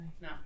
No